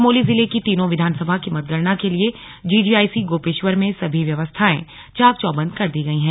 चमोली जिले की तीनों विधानसभा की मतगणना के लिए जीजीआईसी गोपेश्वर में सभी व्यवस्थाएं चाक चौबन्द कर दी गई है